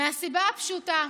מהסיבה הפשוטה,